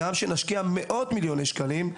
הגם שנשקיע מאות מיליוני שקלים,